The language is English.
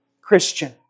Christian